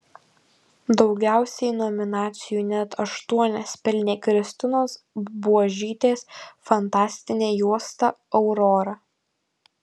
daugiausiai nominacijų net aštuonias pelnė kristinos buožytės fantastinė juosta aurora